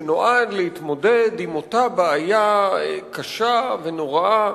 שנועד להתמודד עם אותה בעיה קשה ונוראה